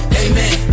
amen